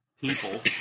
people